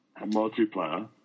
multiplayer